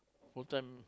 full time